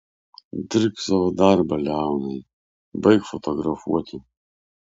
dirbk savo darbą leonai baik fotografuoti